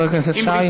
חבר הכנסת שי.